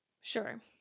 Sure